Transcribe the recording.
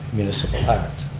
municipal act.